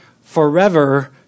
forever